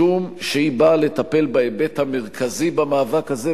משום שהיא באה לטפל בהיבט המרכזי במאבק הזה,